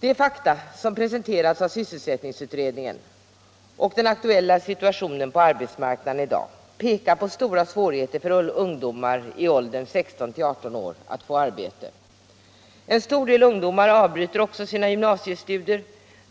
De fakta som presenterats av sysselsättningsutredningen och den aktuella situationen på arbetsmarknaden pekar på stora svårigheter för ungdomar i åldern 16-18 år att få arbete. En stor del ungdomar avbryter också sina gymnasiestudier